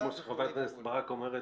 --- אבל כמו שחברת הכנסת ברק אומרת,